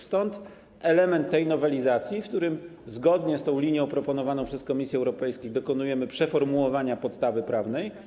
Stąd element tej nowelizacji, w przypadku którego zgodnie z linią proponowaną przez Komisję Europejską dokonujemy przeformułowania podstawy prawnej.